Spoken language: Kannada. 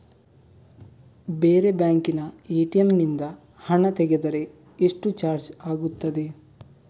ಬೇರೆ ಬ್ಯಾಂಕಿನ ಎ.ಟಿ.ಎಂ ನಿಂದ ಹಣ ತೆಗೆದರೆ ಎಷ್ಟು ಚಾರ್ಜ್ ಆಗುತ್ತದೆ?